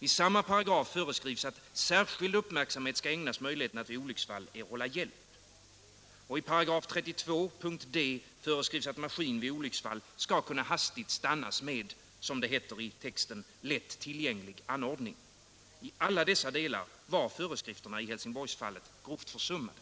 I samma paragraf föreskrivs att särskild upp Ls märksamhet skall ägnas möjligheten att vid olycksfall erhålla hjälp. I — Om innebörden av 32d § föreskrivs att maskin vid olycksfall skall kunna hastigt stannas = arbetarskyddsbemed — som det heter i texten — lätt tillgänglig anordning. I alla dessa — stämmelserna i delar var föreskrifterna i Helsingborgsfallet grovt försummade.